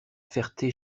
ferté